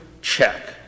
check